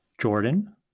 jordan